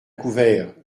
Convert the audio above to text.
couvert